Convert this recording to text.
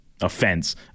offense